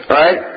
right